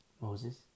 Moses